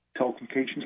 telecommunications